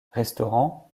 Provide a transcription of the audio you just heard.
restaurants